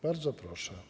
Bardzo proszę.